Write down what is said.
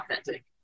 authentic